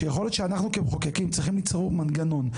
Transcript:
יכול להיות שאנחנו כמחוקקים צריכים ליצור מנגנון,